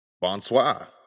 Bonsoir